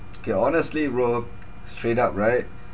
K honestly rob straight up right